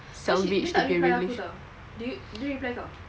cause she dia tak reply aku [tau] do you dia reply kau